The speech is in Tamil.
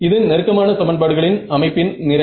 இது நெருக்கமான சமன்பாடுகளின் அமைப்பின் நிறை